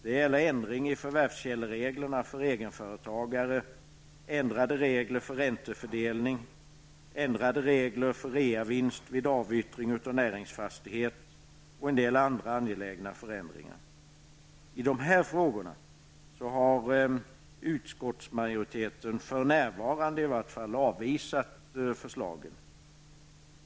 Det gäller också en ändring av förvärvskällereglerna för egenföretagare och ändrade regler för räntefördelning samt i fråga om reavinst vid avyttring av näringsfastighet. Men det handlar också om en del andra angelägna förändringar. I dessa frågor har utskottsmajoriteten -- så är det i varje fall för närvarande -- avvisat framställda förslag.